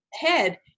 head